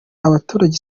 abaturage